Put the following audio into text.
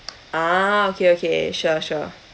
ah okay okay sure sure